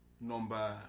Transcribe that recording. number